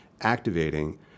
activating